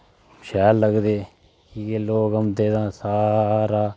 शैल लगदे की के लोग औंदे ते सारा